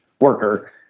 worker